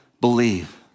believe